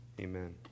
Amen